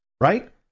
right